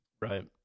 Right